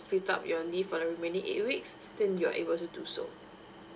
split up your leave for the remaining eight weeks then you're able to do so